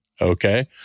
okay